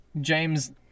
James